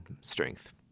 strength